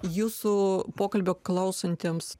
jūsų pokalbio klausantiems